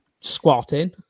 squatting